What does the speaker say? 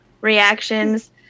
reactions